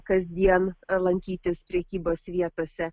kasdien lankytis prekybos vietose